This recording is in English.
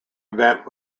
event